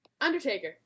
Undertaker